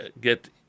get